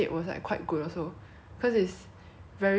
the mall of asia which is like apparently one of the